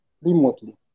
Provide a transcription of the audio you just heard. remotely